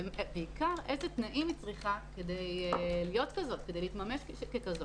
ובעיקר איזה תנאים היא צריכה כדי להיות כדי להתממש ככזאת.